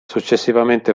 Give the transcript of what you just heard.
successivamente